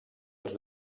els